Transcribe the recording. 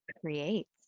creates